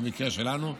במקרה שלנו.